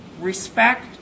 respect